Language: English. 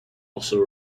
also